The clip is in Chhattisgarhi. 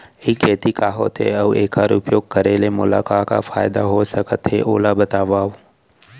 ई खेती का होथे, अऊ एखर उपयोग करे ले मोला का का फायदा हो सकत हे ओला बतावव?